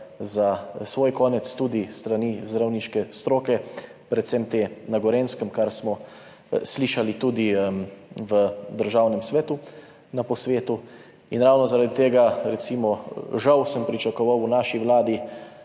za svoj konec, tudi s strani zdravniške stroke, predvsem te na Gorenjskem, kar smo slišali tudi v Državnem svetu na posvetu. In ravno zaradi tega sem recimo pričakoval, v naši vladi